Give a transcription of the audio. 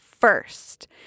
first